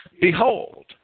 Behold